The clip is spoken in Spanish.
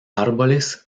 árboles